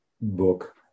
book